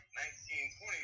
1920